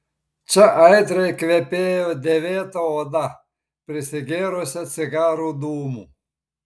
čia aitriai kvepėjo dėvėta oda prisigėrusią cigarų dūmų